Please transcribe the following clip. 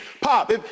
pop